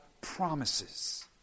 promises